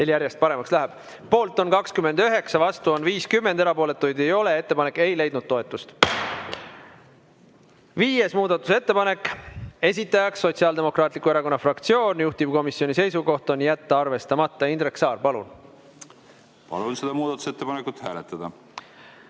järjest paremaks läheb, poolt on 29, vastu on 50, erapooletuid ei ole. Ettepanek ei leidnud toetust. Viies muudatusettepanek, esitajaks Sotsiaaldemokraatliku Erakonna fraktsioon, juhtivkomisjoni seisukoht on jätta arvestamata. Indrek Saar, palun! Palun seda muudatusettepanekut hääletada.